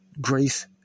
grace